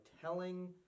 telling